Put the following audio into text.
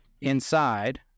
inside